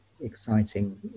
exciting